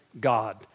God